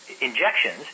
injections